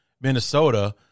Minnesota